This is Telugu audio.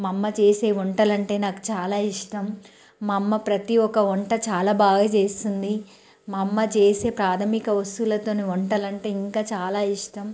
మా అమ్మ చేసే వంటలు అంటే నాకు చాలా ఇష్టం మా అమ్మ ప్రతి ఒక వంట చాలా బాగా చేస్తుంది మా అమ్మ చేసే ప్రాథమిక వస్తులతోని వంటలు అంటే ఇంకా చాలా ఇష్టం